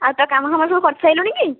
ଆଉ ତୋ କାମ ଫାମ ସବୁ କରି ସାରିଲୁଣି କି